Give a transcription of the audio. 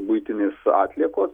buitinės atliekos